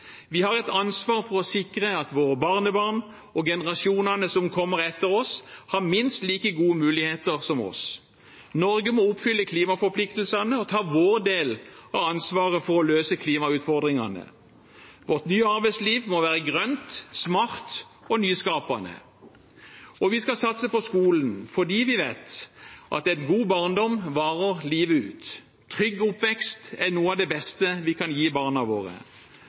Vi har et ansvar for å sikre at våre barnebarn og generasjonene som kommer etter oss, har minst like gode muligheter som oss. Norge må oppfylle klimaforpliktelsene og ta sin del av ansvaret for å løse klimautfordringene. Vårt nye arbeidsliv må være grønt, smart og nyskapende. Vi skal satse på skolen fordi vi vet at en god barndom varer livet ut. Trygg oppvekst er noe av det beste vi kan gi barna våre.